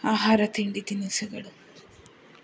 ಆಹಾರ ತಿಂಡಿ ತಿನಿಸುಗಳು